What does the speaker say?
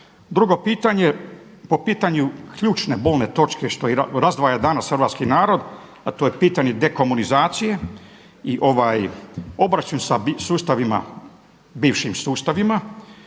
Drugo pitanje po pitanju ključne bolne točke što i razdvaja danas hrvatski narod a to je pitanje dekomunizacije i obračun sa sustavima,